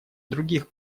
других